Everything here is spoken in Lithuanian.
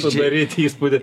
sudaryt įspūdį